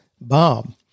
Bob